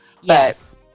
Yes